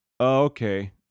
Okay